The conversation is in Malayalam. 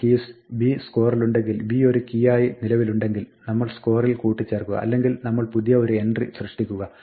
keys b സ്കോറിലുണ്ടെങ്കിൽ b ഒരു കീ ആയി നിലവിലുണ്ടെങ്കിൽ നമ്മൾ സ്കോറിൽ കൂട്ടിച്ചേർക്കുക അല്ലെങ്കിൽ നമ്മൾ പുതിയ ഒരു എൻട്രി സൃഷ്ടിക്കുക